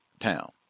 town